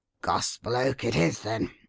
gospel oak it is, then.